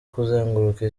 kuzenguruka